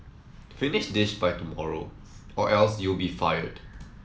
finish this by tomorrow or else you'll be fired